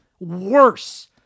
worse